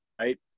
right